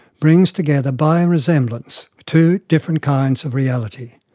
brings together by a resemblance, two different kinds of reality.